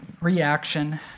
reaction